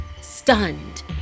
Stunned